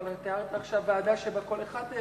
אבל תיארת עכשיו ועדה שבה כל אחד,